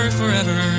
forever